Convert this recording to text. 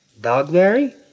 Dogberry